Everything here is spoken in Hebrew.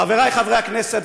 חברי חברי הכנסת,